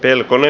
del kolme